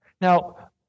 Now